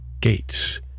gates